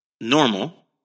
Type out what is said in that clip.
normal